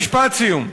משפט סיום.